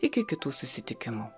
iki kitų susitikimų